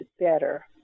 better